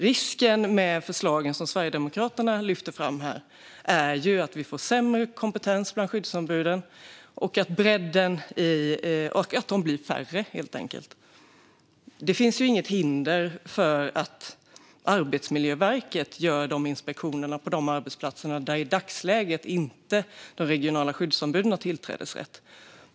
Risken med de förslag som Sverigedemokraterna lyfter fram är att vi får sämre kompetens bland skyddsombuden och att de blir färre, helt enkelt. Det finns inget hinder för Arbetsmiljöverket att göra inspektioner på de arbetsplatser där i dagsläget de regionala skyddsombuden inte har tillträdesrätt.